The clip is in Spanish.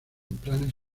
planes